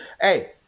Hey